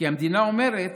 כי המדינה אומרת